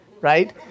right